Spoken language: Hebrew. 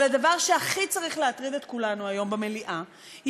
אבל הדבר שהכי צריך להטריד את כולנו היום במליאה הוא